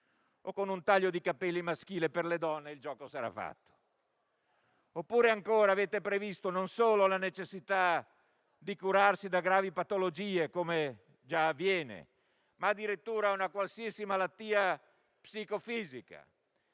o con un taglio di capelli maschile per le donne e il gioco sarà fatto. Oppure, ancora, avete previsto, non solo la necessità di curarsi da gravi patologie, come già avviene, ma addirittura da una qualsiasi malattia psicofisica.